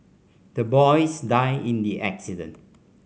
the boys died in the accident